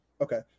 Okay